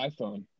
iPhone